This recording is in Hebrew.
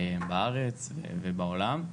בארץ, ובעולם.